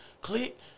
Click